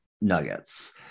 Nuggets